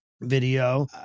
video